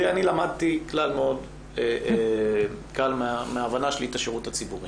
אני למדתי כלל מההבנה שלי את השירות הציבורי